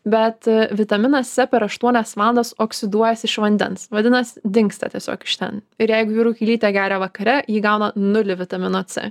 bet vitaminas c per aštuonias valandas oksiduojasi iš vandens vadinas dingsta tiesiog iš ten ir jeigu jūrų kiaulytė geria vakare ji gauna nulį vitamino c